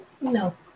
No